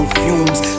fumes